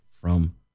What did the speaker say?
from-